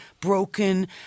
broken